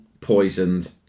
poisoned